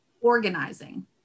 organizing